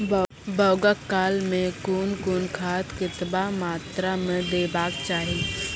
बौगक काल मे कून कून खाद केतबा मात्राम देबाक चाही?